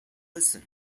listen